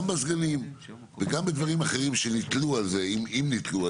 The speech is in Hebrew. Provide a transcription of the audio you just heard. גם בסגנים וגם בדברים אחרים שנתלו על זה אם נתלו,